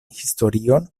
historion